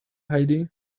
heidi